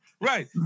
Right